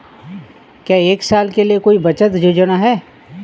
क्या एक साल के लिए कोई बचत योजना है?